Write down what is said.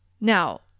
Now